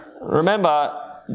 Remember